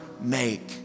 make